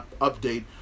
update